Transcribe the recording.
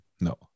No